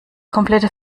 komplette